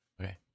Okay